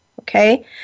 okay